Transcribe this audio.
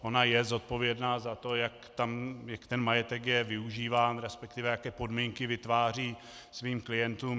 Ona je zodpovědna za to, jak majetek je využíván, resp. jaké podmínky vytváří svým klientům.